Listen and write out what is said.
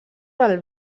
del